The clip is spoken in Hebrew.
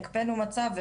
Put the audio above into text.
הקפאנו מצב,